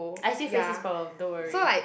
I still face this problem don't worry